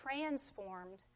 transformed